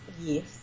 Yes